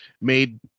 made